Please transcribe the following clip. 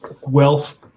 wealth